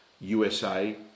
USA